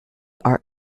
art